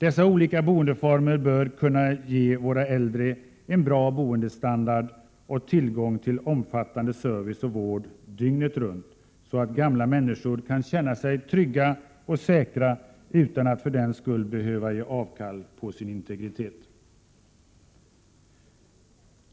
Dessa olika boendeformer bör kunna ge våra äldre en bra boendestandard och tillgång till omfattande service och vård dygnet runt, så att gamla människor kan känna sig trygga och säkra utan att för den skull behöva ge avkall på sin integritet.